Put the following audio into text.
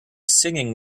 singing